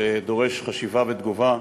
שדורש חשיבה ותגובה.